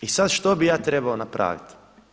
I sada što bih ja trebao napraviti?